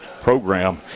program